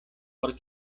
por